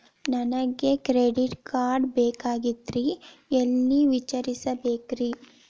ನನಗೆ credit card ಬೇಕಾಗಿತ್ರಿ ಎಲ್ಲಿ ವಿಚಾರಿಸಬೇಕ್ರಿ?